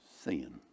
sin